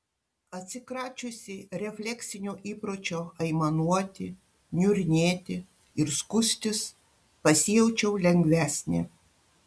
atsikračiusi refleksinio įpročio aimanuoti niurnėti ir skųstis pasijaučiau lengvesnė